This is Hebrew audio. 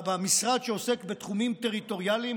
במשרד שעוסק בתחומים טריטוריאליים